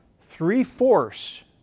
Three-fourths